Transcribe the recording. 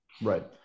Right